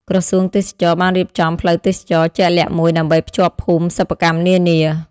ក្រសួងទេសចរណ៍បានរៀបចំ ផ្លូវទេសចរណ៍ ជាក់លាក់មួយដើម្បីភ្ជាប់ភូមិសិប្បកម្មនានា។